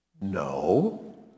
No